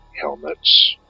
helmets